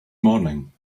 morning